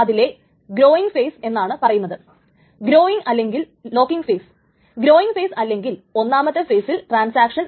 അതിന് യഥാർത്ഥ ഘടികാര സമയം അല്ലെങ്കിൽ ഏതെങ്കിലും ലോജിക്കൽ കൌണ്ടർ ആകാൻ സാധിക്കും